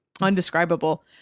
Undescribable